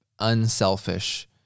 unselfish